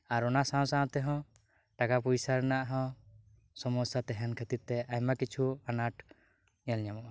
ᱟᱨ ᱚᱱᱟ ᱥᱟᱶ ᱥᱟᱶ ᱛᱮᱸᱦᱚ ᱴᱟᱠᱟ ᱯᱚᱭᱟᱥᱟ ᱨᱮᱱᱟᱜ ᱦᱚᱸ ᱥᱚᱢᱚᱥᱥᱟ ᱛᱮᱦᱮᱱ ᱠᱷᱟᱹᱛᱤᱨ ᱛᱮ ᱟᱭᱢᱟ ᱠᱤᱪᱷᱩ ᱟᱱᱟᱴ ᱧᱮᱞ ᱧᱟᱢᱚᱜ ᱟ